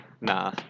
Nah